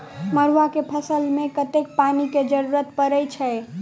मड़ुआ केँ फसल मे कतेक पानि केँ जरूरत परै छैय?